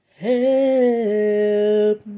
help